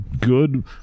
good